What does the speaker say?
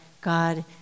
God